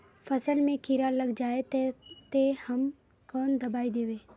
फसल में कीड़ा लग जाए ते, ते हम कौन दबाई दबे?